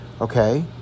okay